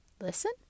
listen